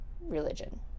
religion